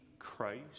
Christ